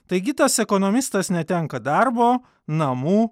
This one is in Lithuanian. taigi tas ekonomistas netenka darbo namų